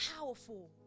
powerful